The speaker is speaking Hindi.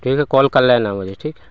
ठीक है कॉल कर लेना मुझे ठीक है